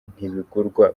ntibigurwa